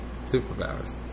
superpowers